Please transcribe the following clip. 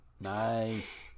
Nice